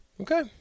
Okay